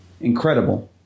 Incredible